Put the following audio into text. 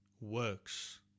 works